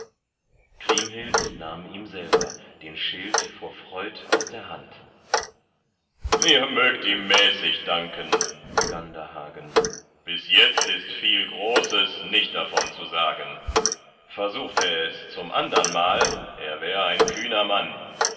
kriemhild nahm ihm selber den schild vor freud aus der hand ihr mögt ihm mäßig danken begann da hagen bis jetzt ist viel großes nicht davon zu sagen versucht er es zum andernmal er wär ein kühner mann